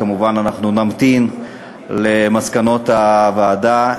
אנחנו, כמובן, נמתין למסקנות הוועדה.